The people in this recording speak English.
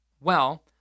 Well